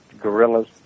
gorillas